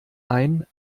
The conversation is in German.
ein